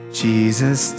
jesus